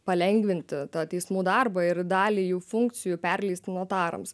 palengvinti tą teismų darbą ir dalį jų funkcijų perleisti notarams